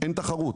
אין תחרות.